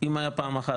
אם היה פעם אחת,